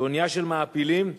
שאונייה של מעפילים הושלכה,